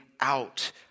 out